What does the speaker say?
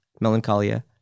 Melancholia